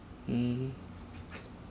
mm